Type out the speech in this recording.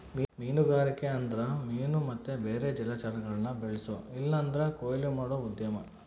ಮೀನುಗಾರಿಕೆ ಅಂದ್ರ ಮೀನು ಮತ್ತೆ ಬೇರೆ ಜಲಚರಗುಳ್ನ ಬೆಳ್ಸೋ ಇಲ್ಲಂದ್ರ ಕೊಯ್ಲು ಮಾಡೋ ಉದ್ಯಮ